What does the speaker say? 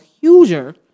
huger